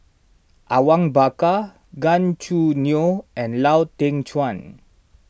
Awang Bakar Gan Choo Neo and Lau Teng Chuan